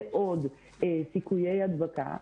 ועוד סיכויי הדבקה,